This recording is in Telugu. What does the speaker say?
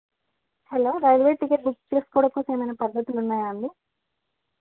హలో రైల్వే టికెట్స్ బుక్ చేసుకోవడం కోసం ఏమైనా పద్ధతులు ఉన్నాయా అండి